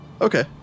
Okay